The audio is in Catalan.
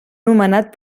nomenat